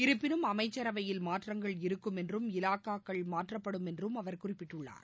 இருப்பினும் அமைச்சரவையில் மாற்றங்கள் இருக்கும் என்றும் இலாக்காக்கள் மாற்றப்படும் என்றும் அவா குறிப்பிட்டுள்ளார்